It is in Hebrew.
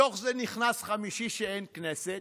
בתוך זה נכנס חמישי, שאין כנסת,